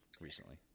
recently